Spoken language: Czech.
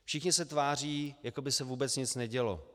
Všichni se tváří, jako by se vůbec nic nedělo.